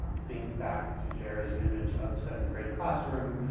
think back to jer's image of the seventh grade classroom.